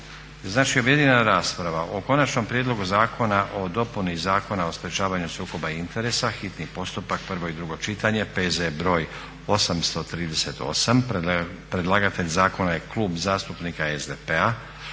Znači objedinjena rasprava o - Konačnom prijedlogu Zakona o dopuni Zakona o sprječavanju sukoba interesa, hitni postupak, prvo i drugo čitanje, P.Z.BR.838 - predlagatelj zakona je Klub zastupnika SDP-a.